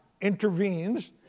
intervenes